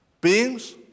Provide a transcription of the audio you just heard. beings